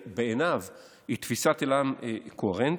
בעיניו היא תפיסת עולם קוהרנטית,